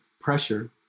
pressure